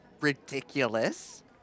ridiculous